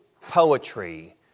poetry